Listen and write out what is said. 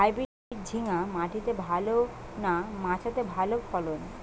Hybrid ঝিঙ্গা মাটিতে ভালো না মাচাতে ভালো ফলন?